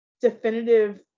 definitive